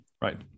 Right